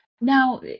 Now